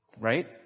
right